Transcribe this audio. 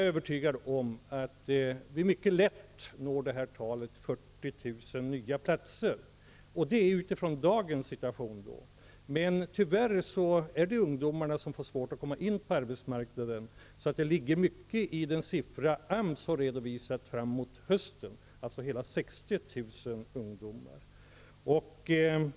Jag är övertygad om att vi då mycket lätt når talet 40 000 nya platser med dagens situation som utgångspunkt. Men tyvärr är det så att ungdomarna får svårt att komma in på arbetsmarknaden, så det ligger mycket i det tal som AMS har redovisat för läget framåt hösten, nämligen inte mindre än 60 000 ungdomar.